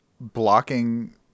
blocking